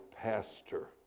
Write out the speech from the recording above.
pastor